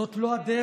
זאת לא הדרך.